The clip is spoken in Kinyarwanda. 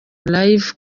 live